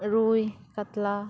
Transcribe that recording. ᱨᱩᱭ ᱠᱟᱛᱞᱟ